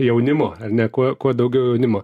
jaunimo ar ne kuo kuo daugiau jaunimo